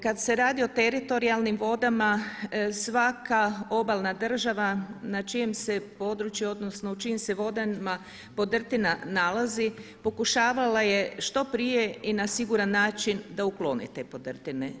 Kada se radi o teritorijalnim vodama svaka obalna država na čijem se području, odnosno u čijim se vodama podrtina nalazi pokušavala je što prije i na siguran način da ukloni te podrtine.